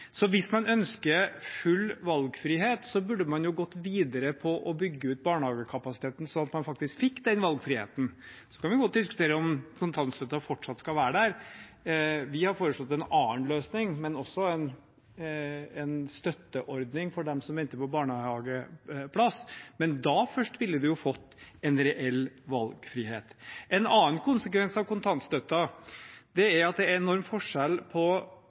Hvis man ønsker full valgfrihet, burde man jo gått videre med å bygge ut barnehagekapasiteten, slik at man faktisk fikk den valgfriheten. Så kan vi godt diskutere om kontantstøtten fortsatt skal være der. Vi har foreslått en annen løsning, men også en støtteordning for dem som venter på barnehageplass. Da først ville man fått en reell valgfrihet. En annen konsekvens av kontantstøtten er at det er en enorm forskjell